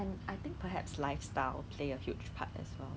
new year new me 是骗人的 lor